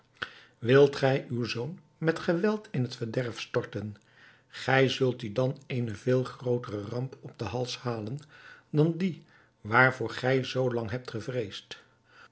wilt gij uw zoon met geweld in het verderf storten gij zult u dan eene veel grootere ramp op den hals halen dan die waarvoor gij zoo lang hebt gevreesd